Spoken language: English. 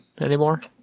anymore